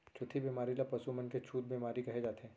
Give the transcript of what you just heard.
छुतही बेमारी ल पसु मन के छूत बेमारी कहे जाथे